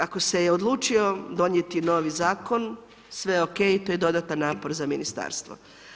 Ako se je odlučio donijeti novi Zakon, sve OK, to je dodatan napor za Ministarstvo.